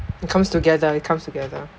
it comes together it comes together